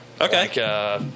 Okay